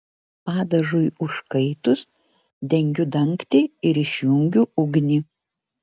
padažui užkaitus dengiu dangtį ir išjungiu ugnį